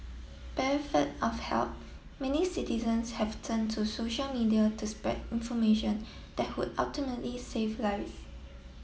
of help many citizens have turn to social media to spread information that would ultimately save lives